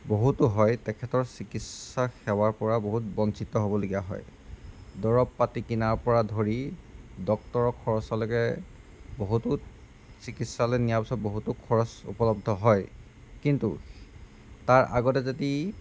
বহুতো হয় তেখেতৰ চিকিৎসা সেৱাৰ পৰা বহুত বঞ্চিত হ'বলগীয়া হয় দৰৱ পাতি কিনাৰ পৰা ধৰি ডক্টৰৰ খৰচলৈকে বহুতো চিকিৎচালয় নিয়াৰ পিছত বহুতো খৰচ উপলব্ধ হয় কিন্তু তাৰ আগতে যদি